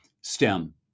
STEM